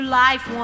life